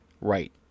right